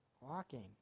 Walking